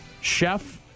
chef